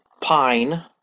pine